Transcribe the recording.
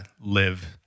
live